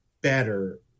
better